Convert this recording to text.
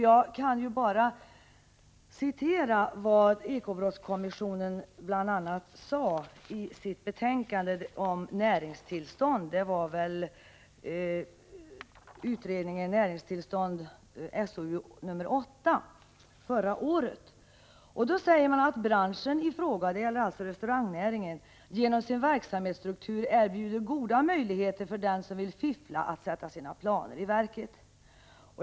Jag kan återge vad ekobrottskommissionen bl.a. sade i sitt betänkande om näringstillstånd, SOU 1984:8: Branschen i fråga — det gäller alltså restaurangnäringen — erbjuder genom sin verksamhetsstruktur goda möjligheter för den som vill fiffla att sätta sina planer i verket.